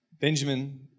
Benjamin